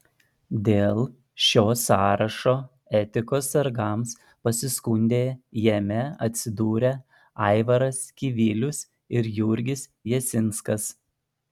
dėl šio sąrašo etikos sargams pasiskundė jame atsidūrę aivaras kivilius ir jurgis jasinskas